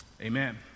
Amen